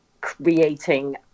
creating